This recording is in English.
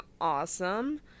awesome